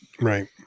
Right